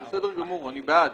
זה בסדר גמור ואני בעד,